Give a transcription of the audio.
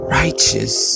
righteous